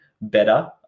better